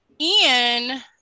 Ian